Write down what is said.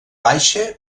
baixa